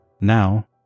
Now